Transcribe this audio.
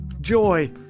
joy